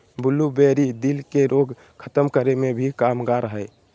blueberry, दिल के रोग खत्म करे मे भी कामगार हय